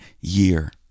year